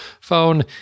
phone